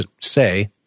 say